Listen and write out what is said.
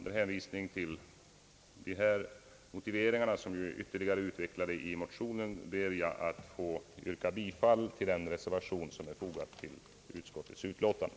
Med hänvisning till denna motivering, vilken ytterligare utvecklades i motionen, ber jag att få yrka bifall till den reservation som är fogad till utskottets utlåtande.